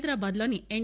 హైదరాబాద్ లోని ఎస్